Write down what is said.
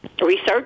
Research